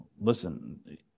Listen